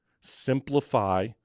Simplify